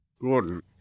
Gordon